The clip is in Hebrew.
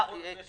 כן, נכון.